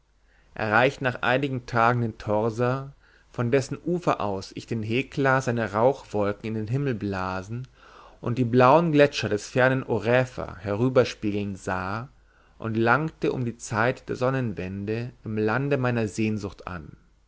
erreichte nach einigen tagen den thorsa von dessen ufer aus ich den hekla seine rauchwolken in den himmel blasen und die blauen gletscher des fernen oräfa herüberspiegeln sah und langte um die zeit der sonnenwende im lande meiner sehnsucht an